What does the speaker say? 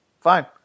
fine